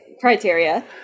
criteria